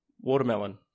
Watermelon